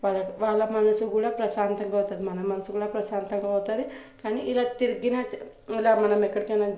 వాళ్ళ వాళ్ళ మనసు కూడా ప్రశాంతంగా అవుతుంది మన మనసు కూడా ప్రశాంతంగా అవుతుంది కానీ ఇలా తిరిగినా ఇలా మనం ఎక్కడికైనా